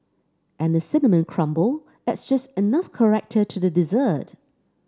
and the cinnamon crumble adds just enough character to the dessert